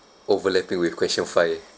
overlapping with question five